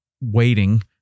waiting